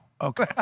okay